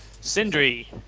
Sindri